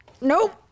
Nope